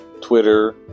Twitter